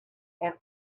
and